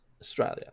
Australia